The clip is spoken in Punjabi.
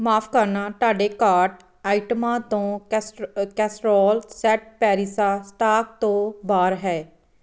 ਮਾਫ਼ ਕਰਨਾ ਤੁਹਾਡੇ ਕਾਰਟ ਆਈਟਮਾਂ ਤੋਂ ਕੈਸਟ ਅ ਕੈਸਟਰੋਲ ਸੈੱਟ ਪੈਰੀਸਾ ਸਟਾਕ ਤੋਂ ਬਾਹਰ ਹੈ